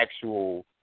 actual